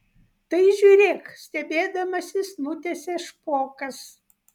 tai žiūrėk stebėdamasis nutęsia špokas